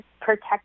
protect